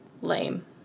Lame